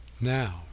Now